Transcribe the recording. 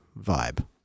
vibe